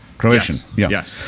croatian? yes, yes.